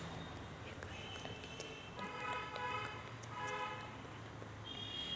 यका एकरात किती क्विंटल पराटी पिकली त कास्तकाराइले नफा होईन?